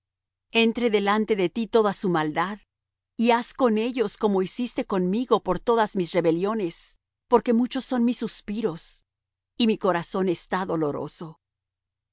entre delante de ti toda su maldad y haz con ellos como hiciste conmigo por todas mis rebeliones porque muchos son mis suspiros y mi corazón está doloroso